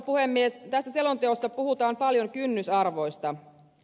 tässä selonteossa puhutaan paljon kynnysarvoista